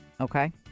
okay